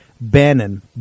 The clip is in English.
Bannon